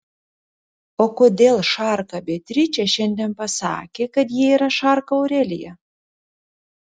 o kodėl šarka beatričė šiandien pasakė kad ji yra šarka aurelija